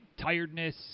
tiredness